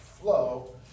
flow